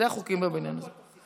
אלה החוקים בבניין הזה.